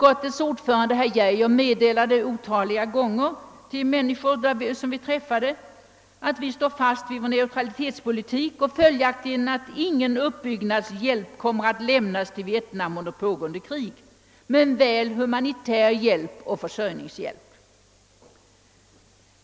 Otaliga gånger meddelade utskottets ordförande herr Geijer dem vi träffade att den svenska regeringen stod fast vid sin neutralitetspolitik och att följaktligen ingen uppbyggnadshjälp kommer att lämnas till Vietnam under pågående krig men väl humanitär hjälp och försörjningshjälp.